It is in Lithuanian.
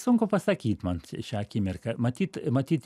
sunku pasakyt man šią akimirką matyt matyt